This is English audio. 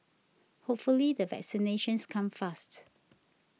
hopefully the vaccinations come fast